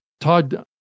Todd